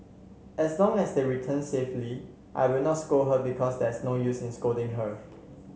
as long as they return safely I will not scold her because there's no use in scolding her